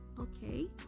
Okay